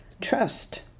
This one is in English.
trust